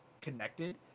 connected